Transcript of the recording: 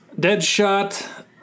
Deadshot